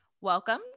Welcome